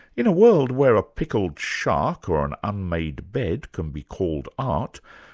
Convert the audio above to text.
in a world where a pickled shark or an unmade bed can be called art,